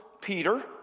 Peter